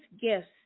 gifts